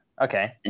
okay